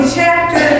chapter